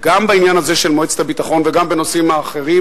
בעניין הזה של מועצת הביטחון וגם בנושאים האחרים,